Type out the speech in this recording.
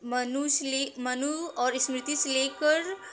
मनुसली मनु और स्मृति से लेकर